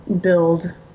build